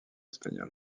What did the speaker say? espagnol